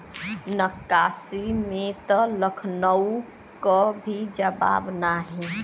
नक्काशी में त लखनऊ क भी जवाब नाही